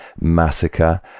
Massacre